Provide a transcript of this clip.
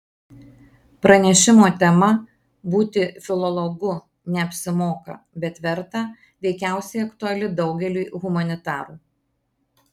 pranešimo tema būti filologu neapsimoka bet verta veikiausiai aktuali daugeliui humanitarų